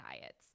diets